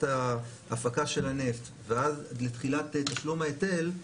ההפקה של הנפט ועד לתחילת תשלום ההיטל,